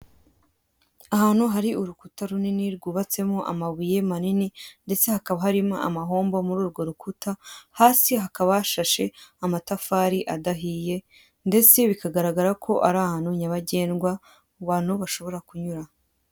Ahantu hari urukuta runini, rwubatsemo amabuye manini, ndetse hakaba harimo amahombo muri urwo rukuta, hasi hakaba hashashe amatafari adahiye, ndetse bikagaragara ko ari ahantu nyabagendwa, abantu bashobora kunyura.